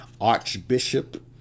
archbishop